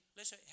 Listen